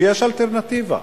ויש אלטרנטיבה.